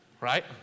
right